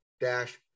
Dash